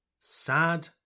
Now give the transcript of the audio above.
Sad